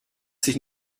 sich